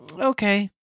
okay